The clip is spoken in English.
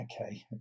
Okay